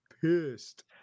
pissed